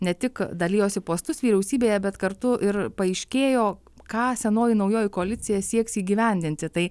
ne tik dalijosi postus vyriausybėje bet kartu ir paaiškėjo ką senoji naujoji koalicija sieks įgyvendinti tai